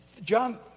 John